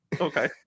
Okay